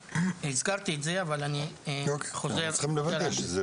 והזכרתי את זה אבל אני חוזר על זה.